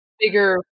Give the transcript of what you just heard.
bigger